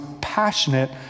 passionate